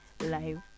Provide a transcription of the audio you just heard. live